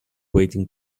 waiting